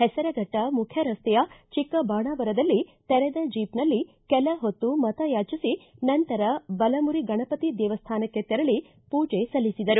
ಹೆಸರಫಟ್ಟ ಮುಖ್ಯ ರಸ್ತೆಯ ಚಿಕ್ಕಬಾಣಾವರದಲ್ಲಿ ತೆರೆದ ಜೀಪ್ನಲ್ಲಿ ಕೆಲಹೊತ್ತು ಮತಯಾಚಿಸಿ ನಂತರ ಬಲಮುರಿಗಣಪತಿ ದೇವಸ್ಥಾನಕ್ಕೆ ತೆರಳಿ ಪೂಜೆ ಸಲ್ಲಿಸಿದರು